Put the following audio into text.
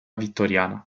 vittoriana